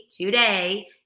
today